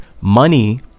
Money